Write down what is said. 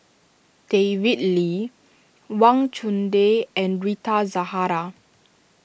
David Lee Wang Chunde and Rita Zahara